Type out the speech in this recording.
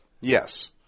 Yes